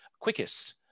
quickest